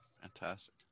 Fantastic